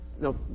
No